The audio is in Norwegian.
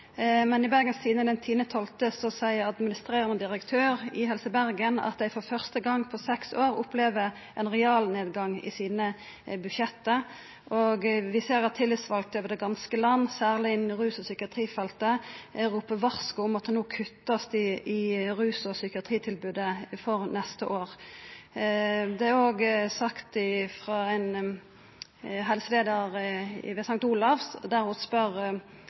Men i Bergens Tidende den 10. desember seier administrerande direktør i Helse Bergen at dei for første gong på seks år opplever ein realnedgang i budsjetta sine, og vi ser at tillitsvalde over heile landet, særleg innan rus- og psykiatrifeltet, ropar eit varsko om at det no vert kutta i rus- og psykiatritilbodet for neste år. Ein helseleiar ved St. Olavs hospital spør i NRK om det er slik at ein